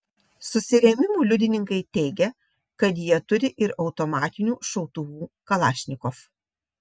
susirėmimų liudininkai teigia kad jie turi ir automatinių šautuvų kalašnikov